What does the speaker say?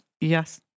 Yes